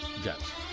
Jets